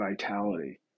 vitality